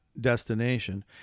destination